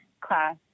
class